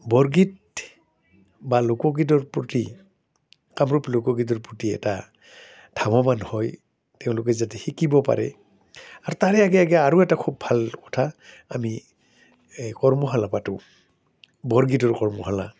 বৰগীত বা লোকগীতৰ প্ৰতি কামৰূপ লোকগীতৰ প্ৰতি এটা ধাৱমান হয় তেওঁলোকে যাতে শিকিব পাৰে আৰু তাৰে আগে আগে আৰু এটা খুব ভাল কথা আমি এই কৰ্মশালা পাতোঁ বৰগীতৰ কৰ্মশালা